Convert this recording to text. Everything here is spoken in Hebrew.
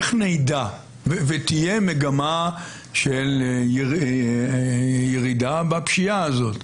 ותהיה מגמה של ירידה בפשיעה הזאת,